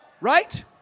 right